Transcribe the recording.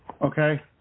Okay